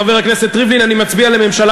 חבר הכנסת ריבלין, אני מצביע לממשלה